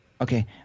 Okay